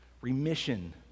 remission